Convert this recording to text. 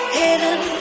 hidden